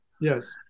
Yes